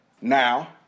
now